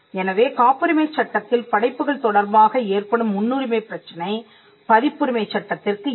எனவே காப்புரிமை சட்டத்தில் படைப்புகள் தொடர்பாக ஏற்படும் முன்னுரிமை பிரச்சனை பதிப்புரிமை சட்டத்திற்கு இல்லை